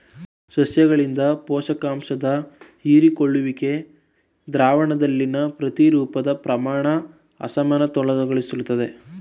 ಸಸ್ಯಗಳಿಂದ ಪೋಷಕಾಂಶದ ಹೀರಿಕೊಳ್ಳುವಿಕೆ ದ್ರಾವಣದಲ್ಲಿನ ಪ್ರತಿರೂಪದ ಪ್ರಮಾಣನ ಅಸಮತೋಲನಗೊಳಿಸ್ತದೆ